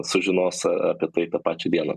sužinos apie tai tą pačią dieną